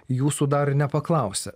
jūsų dar ir nepaklausė